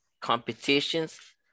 competitions